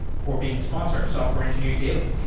for being a sponsor of software engineering daily